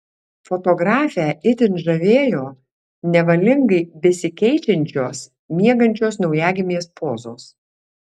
fotografę itin žavėjo nevalingai besikeičiančios miegančios naujagimės pozos